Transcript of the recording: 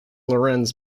lorenz